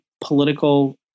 political